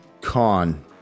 con